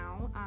now